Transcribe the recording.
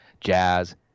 jazz